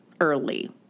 early